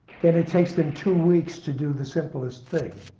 then it takes them two weeks to do the simplest thing.